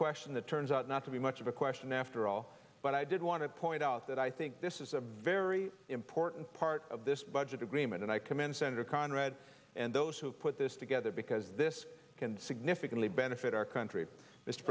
question that turns out not to be much of a question after all but i did want to point out that i think this is a very important part of this budget agreement and i commend senator conrad and those who put this together because this can significantly benefit our country thi